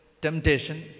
temptation